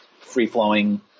free-flowing